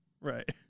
Right